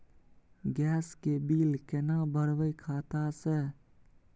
Gas के bill केना भरबै खाता से?